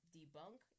debunk